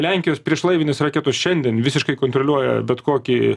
lenkijos priešlaivinės raketos šiandien visiškai kontroliuoja bet kokį